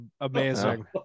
Amazing